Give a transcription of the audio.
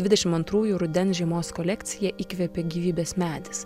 dvidešim antrųjų rudens žiemos kolekciją įkvėpė gyvybės medis